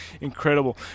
incredible